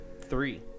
three